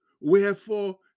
Wherefore